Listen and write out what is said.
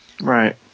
Right